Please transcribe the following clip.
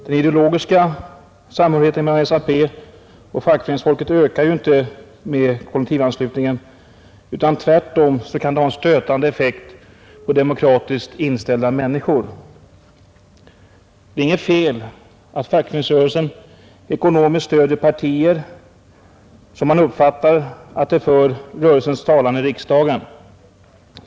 Den ideologiska samhörigheten mellan SAP och fackföreningsfolket ökar ju inte med kollektivanslutningen — tvärtom har den nog en stötande effekt på demokratiskt inställda människor. Det är inget fel att fackföreningsrörelsen ekonomiskt stödjer partier som man uppfattar för rörelsens talan i riksdagen.